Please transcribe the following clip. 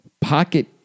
Pocket-